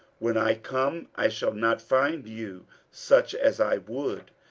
when i come, i shall not find you such as i would,